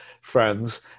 friends